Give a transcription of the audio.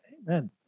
Amen